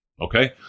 okay